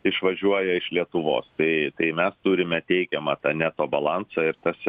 išvažiuoja iš lietuvos tai tai mes turime teigiamą tą neto balansą ir tas